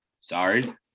sorry